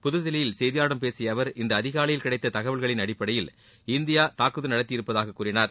புதுதில்லியில் செய்தியாளர்களிடம் பேசிய அவர் இன்று அதிகாலையில் கிளடத்த தகவல்களின் அடிப்படையில் இந்தியா தாக்குதல் நடத்தியிருப்பதாக கூறினார்